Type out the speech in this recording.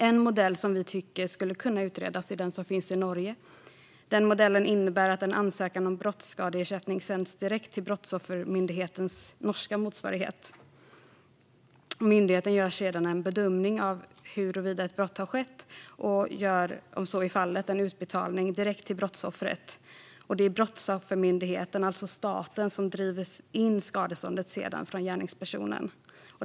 En modell som vi tycker skulle kunna utredas är den som finns i Norge. Modellen innebär att en ansökan om brottsskadeersättning direkt sänds till den norska motsvarigheten till Brottsoffermyndigheten. Myndigheten gör sedan en bedömning av huruvida ett brott har skett och gör, om så är fallet, en utbetalning direkt till brottsoffret. Brottsoffermyndigheten, det vill säga staten, driver sedan in skadeståndet från gärningspersonen.